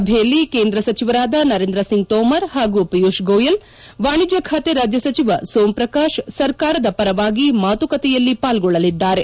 ಸಭೆಯಲ್ಲಿ ಕೇಂದ್ರ ಸಚಿವರಾದ ನರೇಂದ್ರಸಿಂಗ್ ತೋಮರ್ ಪಾಗೂ ಪಿಯೂಷ್ ಗೋಯಲ್ ವಾಣಿಜ್ಯ ಬಾತೆ ರಾಜ್ಯ ಸಚಿವ ಸೋಮ್ ಪ್ರಕಾಶ್ ಸರ್ಕಾರದ ಪರವಾಗಿ ಮಾತುಕತೆಯಲ್ಲಿ ಪಾಲ್ಗೊಳ್ಳಲಿದ್ದಾರೆ